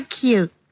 cute